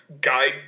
guide